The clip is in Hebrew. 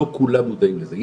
לא כולם מודעים לזה,